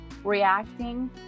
reacting